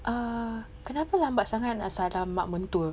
err kenapa lambat sangat nak salam mak mentua